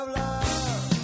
love